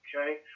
okay